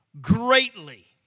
greatly